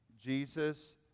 Jesus